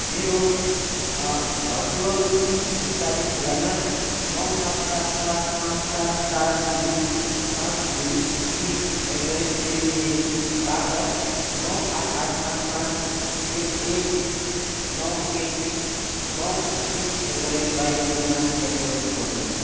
मेरो भर्चुअल भुक्तानी ठेगाना नौ सात सात पाँच सात चार दुई पाँच दुई तिन एट द रेट पेटिएम बाट नौ आठ आठ पाँच पाँच एक एक नौ एक नौ तिन एट द रेट वाइबिएल मा परिवर्तन गर्नुहोस्